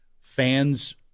fans